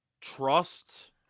trust